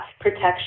protection